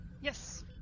Yes